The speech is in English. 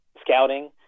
scouting